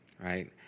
right